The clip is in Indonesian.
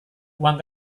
uang